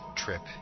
trip